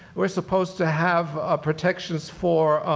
we're supposed to have ah protections for